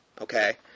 okay